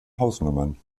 hausnummern